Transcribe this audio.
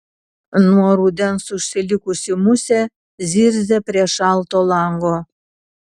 nuo rudens užsilikusi musė zirzia prie šalto lango